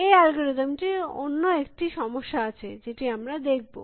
এই অ্যালগরিদম টির অনি একটি সমস্যা আছে যেটি আমরা দেখব